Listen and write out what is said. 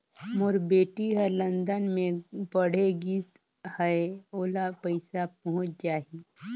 मोर बेटी हर लंदन मे पढ़े गिस हय, ओला पइसा पहुंच जाहि?